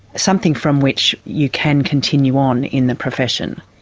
something from which you can continue on in the profession.